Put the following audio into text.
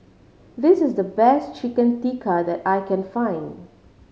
this is the best Chicken Tikka that I can find